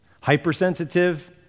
Hypersensitive